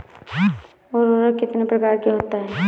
उर्वरक कितनी प्रकार के होता हैं?